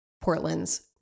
Portland's